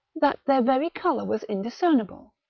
that their very colour was indiscernible.